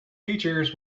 features